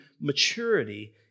maturity